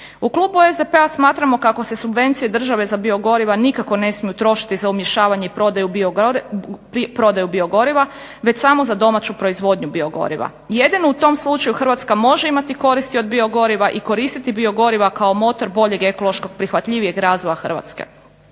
U klubu SDP-a smatramo kako se subvencije države za biogoriva nikako ne smiju trošiti za umješavanje i prodaju biogoriva već samo za domaću proizvodnju biogoriva. Jedino u tom slučaju Hrvatska može imati koristi od biogoriva i koristiti biogoriva kao motor boljeg, ekološkog, prihvatljivijeg razvoja Hrvatske.